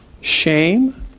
shame